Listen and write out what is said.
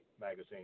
Magazine